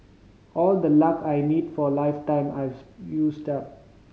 all the luck I need for a lifetime I've used up